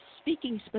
speaking